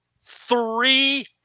Three